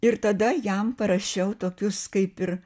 ir tada jam parašiau tokius kaip ir